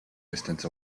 distance